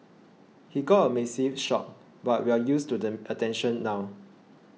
he got a massive shock but we're used to the attention now